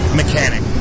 mechanic